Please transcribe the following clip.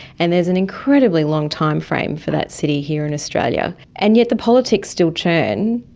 and there is an incredibly long time frame for that city here in australia. and yet the politics still churn,